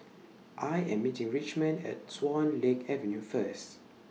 I Am meeting Richmond At Swan Lake Avenue First